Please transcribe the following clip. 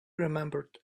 remembered